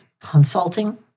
consulting